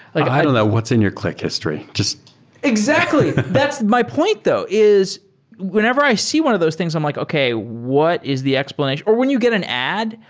like i don't know what's in your click history exactly. that's my point though, is whenever i see one of those things, i'm like, okay. what is the explanation or when you get an ad,